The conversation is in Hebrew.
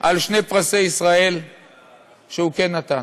על שני פרסי ישראל שהוא כן נתן,